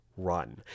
run